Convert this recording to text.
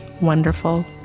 wonderful